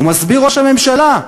ומסביר ראש הממשלה,